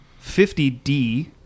50D